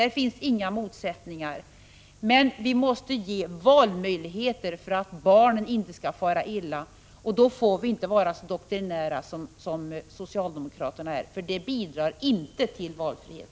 Där finns inga motsättningar. Men vi måste ge valmöjligheter för att barnen inte skall fara illa och då får vi inte vara så doktrinära som socialdemokraterna är. Det bidrar inte till valfrihet.